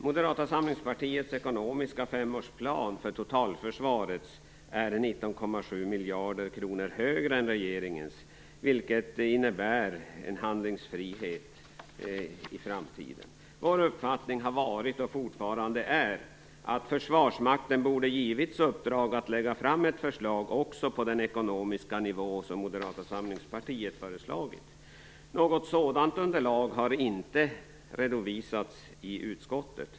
Moderata samlingspartiets ekonomiska femårsram för totalförsvaret är 19,7 miljarder kronor högre än regeringens, vilket innebär en handlingsfrihet i framtiden. Vår uppfattning har varit och är fortfarande att Försvarsmakten borde givits uppdrag att lägga fram ett förslag också på den ekonomiska nivå som Moderata samlingspartiet föreslagit. Något sådant underlag har inte redovisats i utskottet.